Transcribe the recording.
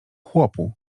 chłopu